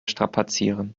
strapazieren